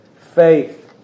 faith